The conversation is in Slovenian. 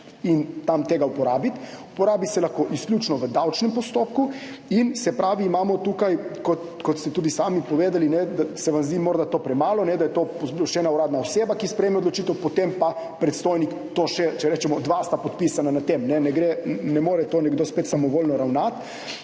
in tam tega uporabiti, uporabi se lahko izključno v davčnem postopku in imamo tukaj, kot ste tudi sami povedali, da se vam zdi morda to premalo, da je to še ena uradna oseba, ki sprejme odločitev, potem pa predstojnik, to sta, če rečemo, dva podpisana na tem. Ne more nekdo spet samovoljno ravnati.